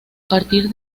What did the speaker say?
partir